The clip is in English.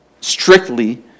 strictly